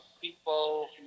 people